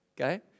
Okay